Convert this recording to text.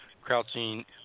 crouching